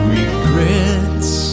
Regrets